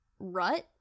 rut